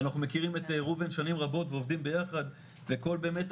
אנחנו מכירים את ראובן שנים רבות ועובדים ביחד וכל באמת,